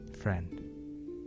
friend